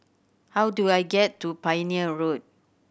how do I get to Pioneer Road